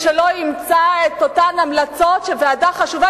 שלא אימצה את אותן המלצות של ועדה חשובה,